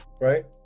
right